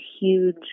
huge